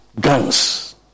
guns